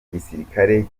gisirikare